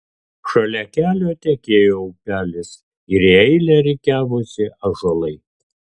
šalia kelio tekėjo upelis ir į eilę rikiavosi ąžuolai